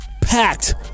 packed